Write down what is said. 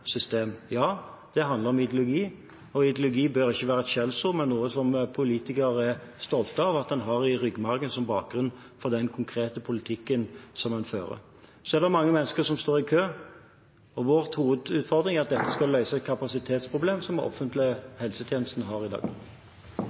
Ja, det handler om ideologi, og ideologi bør ikke være et skjellsord, men noe som politikere er stolte av at en har i ryggmargen som bakgrunn for den konkrete politikken som en fører. Så er det mange mennesker som står i kø, og vår hovedutfordring er at dette skal løse et kapasitetsproblem som den offentlige helsetjenesten har i dag.